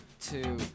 two